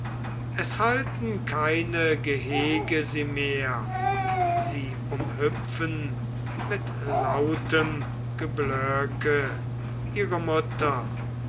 es halten keine gehege sie mehr sie umhüpfen mit lautem geblöke ihre mutter